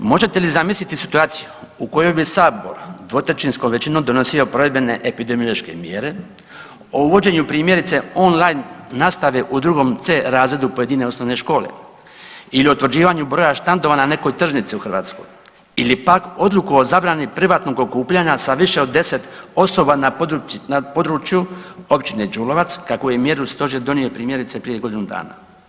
Možete li zamisliti situaciju u kojoj bi Sabor dvotrećinskom većinom donosio provedbene epidemiološke mjere o uvođenju primjerice on-line nastave u drugom C razredu pojedine osnovne škole ili utvrđivanju broja štandova na nekoj tržnici u Hrvatskoj ili pak odluku o zabrani privatnog okupljanja sa više od 10 osoba na području općine Đulovac kakvu je mjeru Stožer donio primjerice prije godinu dana.